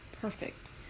perfect